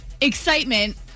excitement